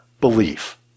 belief